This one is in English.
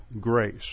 grace